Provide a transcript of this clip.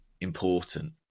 important